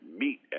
meet